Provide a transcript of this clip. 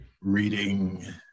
reading